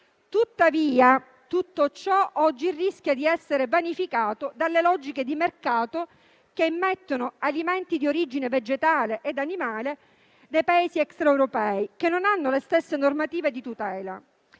Tutto ciò, tuttavia, oggi rischia di essere vanificato dalle logiche di mercato che immettono alimenti di origine vegetale ed animale dei Paesi extraeuropei che non hanno le stesse normative di tutela.